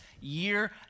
year